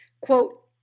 Quote